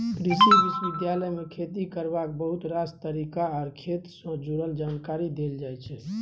कृषि विश्वविद्यालय मे खेती करबाक बहुत रास तरीका आर खेत सँ जुरल जानकारी देल जाइ छै